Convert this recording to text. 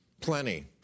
Plenty